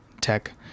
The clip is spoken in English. tech